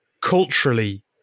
culturally